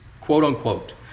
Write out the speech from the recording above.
quote-unquote